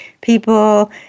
people